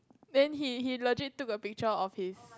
then he he legit take a picture of his